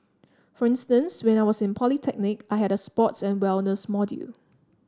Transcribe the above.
for instance when I was in polytechnic I had a sports and wellness module